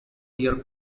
year